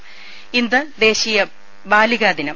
രുര ഇന്ന് ദേശീയ ബാലികാ ദിനം